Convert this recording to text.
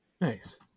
nice